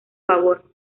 favor